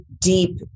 deep